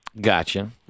Gotcha